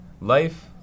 life